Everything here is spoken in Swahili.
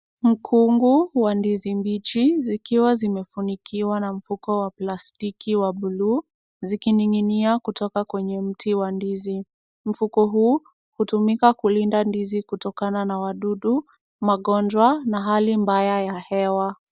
Mkungu wa ndizi mbichi zikiwa zimefunikiwa na mfuko wa plastiki wa buluu zikining'inia kutoka kwenye mti wa ndizi. Mfuko huu hutumika kulinda ndizi kutokana na wadudu, magonjwa na hali mbaya ya hewa.